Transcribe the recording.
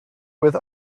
with